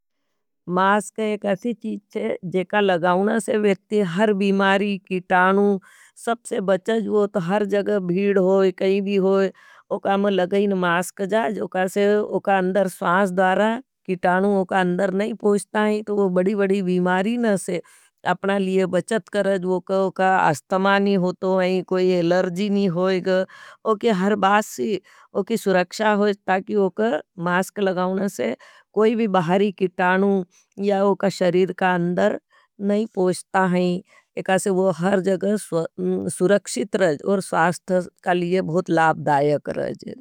मास्क एक असी चीज़ चे, जेका लगाऊन से वेक्तिय हर बीमारी, किताणू सबसे बचज वोत। हर जग भीड होई, कहीं भी होई, उका में लगईन मास्क जाज, उका से उका अंदर स्वास दारा, किताणू उका अंदर नहीं पूछता है। तो वो बड़ी-बड़ी बीमारी से अपना लिए बचट करज, उका अस्तमानी होतो है, कोई एलर्जी नहीं होई, उके हर बासी उकी सुरक्षा होज। ताकि उका मास्क लगाऊन से कोई भी बहारी किताणू या उका शरीद का अंदर नहीं पूछता है। एकासे वो हर जगर सुरक्षित रज, और स्वास्थ का लिए बहुत लाबदायक रज है।